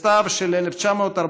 בסתיו של 1948,